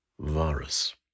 virus